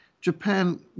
Japan